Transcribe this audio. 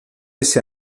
esse